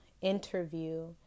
interview